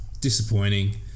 Disappointing